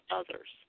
others